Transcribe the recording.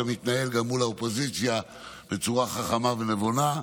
אתה מתנהל גם מול האופוזיציה בצורה חכמה ונבונה.